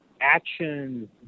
actions